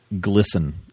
glisten